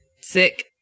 Sick